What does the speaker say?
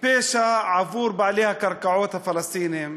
פשע עבור בעלי הקרקעות הפלסטינים.